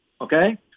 okay